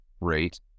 rate